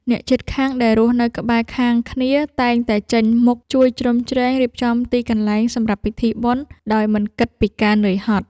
អ្នកជិតខាងដែលរស់នៅក្បែរខាងគ្នា តែងតែចេញមុខជួយជ្រោមជ្រែងរៀបចំទីកន្លែងសម្រាប់ពិធីបុណ្យដោយមិនគិតពីការនឿយហត់។